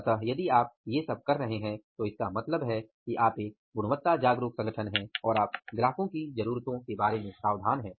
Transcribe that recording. अतः यदि आप ये सब कर रहे हैं तो इसका मतलब है कि आप एक गुणवत्ता जागरूक संगठन हैं और आप ग्राहक की जरूरतों के बारे में सावधान हैं